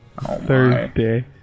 Thursday